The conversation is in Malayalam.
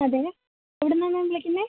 അതെ എവിടുന്നാണ് മാം വിളിക്കുന്നത്